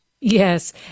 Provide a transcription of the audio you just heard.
Yes